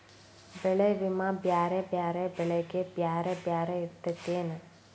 ಬೆಳೆ ವಿಮಾ ಬ್ಯಾರೆ ಬ್ಯಾರೆ ಬೆಳೆಗೆ ಬ್ಯಾರೆ ಬ್ಯಾರೆ ಇರ್ತೇತೆನು?